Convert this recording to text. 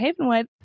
Havenwood